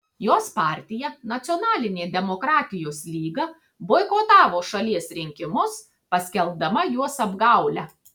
jos partija nacionalinė demokratijos lyga boikotavo šalies rinkimus paskelbdama juos apgaule